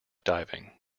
diving